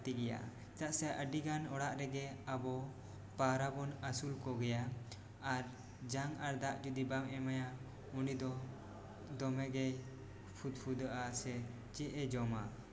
ᱞᱟᱹᱠᱛᱤ ᱜᱮᱭᱟ ᱪᱮᱫᱟᱜ ᱥᱮ ᱟᱹᱰᱤ ᱜᱟᱱ ᱚᱲᱟᱜ ᱨᱮᱜᱮ ᱟᱵᱚ ᱯᱟᱣᱨᱟ ᱵᱚᱱ ᱟᱹᱥᱩᱞ ᱠᱚ ᱜᱮᱭᱟ ᱟᱨ ᱡᱟᱝ ᱟᱨ ᱫᱟᱜ ᱡᱩᱫᱤ ᱵᱟᱢ ᱮᱢᱟᱭᱟ ᱩᱱᱤ ᱫᱚ ᱫᱚᱢᱮ ᱜᱮ ᱯᱷᱩᱫᱽ ᱯᱷᱩᱫᱟᱹᱜᱼᱟᱭ ᱥᱮ ᱪᱮᱫ ᱮ ᱡᱚᱢᱟ